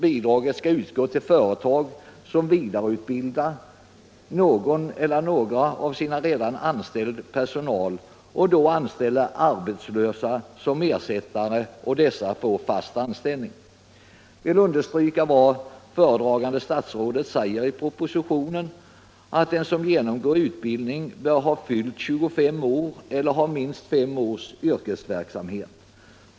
Bidraget skall ges till företag som vidareutbildar någon eller några bland sin redan anställda personal och då anställer arbetslösa som ersättare och ger dessa fast anställning. Jag vill understryka vad föredragande statsrådet säger i propositionen: ”Den person som genomgår utbildning bör ha fyllt 25 år, eller ha minst fem års yrkeserfarenhet.